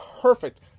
perfect